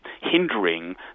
hindering